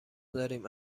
داریم